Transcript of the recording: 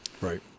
right